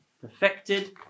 perfected